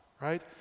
right